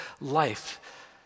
life